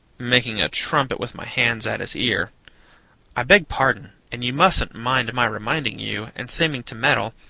making a trumpet with my hands at his ear i beg pardon, and you mustn't mind my reminding you, and seeming to meddle,